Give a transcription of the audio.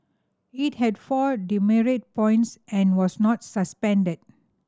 it had four demerit points and was not suspended